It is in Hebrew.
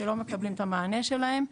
שלא מקבלים את המענה שלהם,